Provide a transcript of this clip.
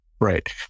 Right